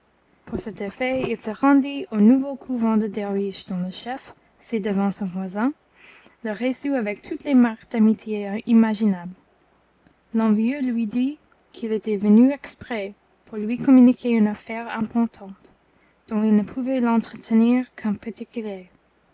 pour cet effet il se rendit au nouveau couvent de derviches dont le chef ci-devant son voisin le reçut avec toutes les marques d'amitié imaginables l'envieux lui dit qu'il était venu exprès pour lui communiquer une affaire importante dont il ne pouvait l'entretenir qu'en